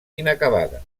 inacabada